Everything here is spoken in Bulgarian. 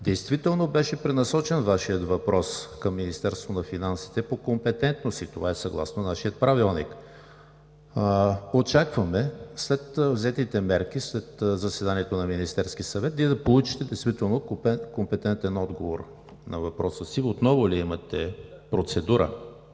Действително беше пренасочен Вашият въпрос към Министерство на финансите по компетентност и това е съгласно нашия Правилник. Очакваме след взетите мерки след заседанието на Министерския съвет Вие да получите действително компетентен отговор на въпроса си. Заповядайте за процедура.